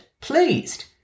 pleased